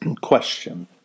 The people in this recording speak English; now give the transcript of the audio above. question